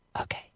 Okay